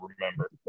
remember